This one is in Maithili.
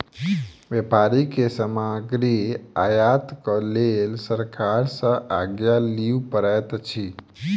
व्यापारी के सामग्री आयातक लेल सरकार सॅ आज्ञा लिअ पड़ैत अछि